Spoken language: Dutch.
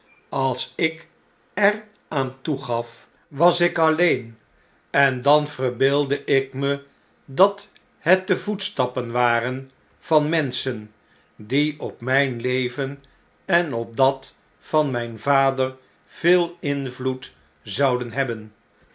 als ik er aan toegaf was ik alleen en dan verbeeldde ik me dat het de voetstappen waren van menschen die op mjjn leven en op dat van mjjn vader veel invloed zouden hebben